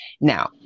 Now